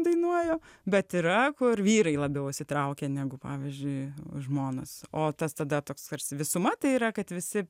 dainuoju bet yra kur vyrai labiau įsitraukę negu pavyzdžiui žmonos o tas tada toks tarsi visuma tai yra kad visi